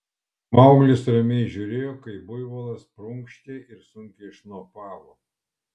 mauglis ramiai žiūrėjo kaip buivolas prunkštė ir sunkiai šnopavo